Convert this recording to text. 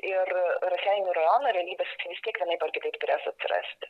ir raseinių rajono realybės jisai vistiek vienaip ar kitaip turės atsirasti